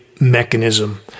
mechanism